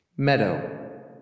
Meadow